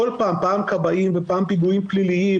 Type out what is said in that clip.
פעם כבאים ופעם פיגועים פליליים